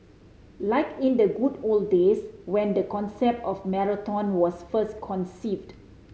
like in the good old days when the concept of marathon was first conceived